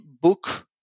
book